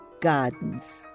gardens